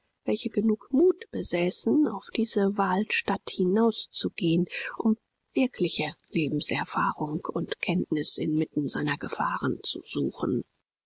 welche genug mut besäßen auf diese wahlstatt hinauszugehen um wirkliche lebenserfahrung und kenntnis inmitten seiner gefahren zu suchen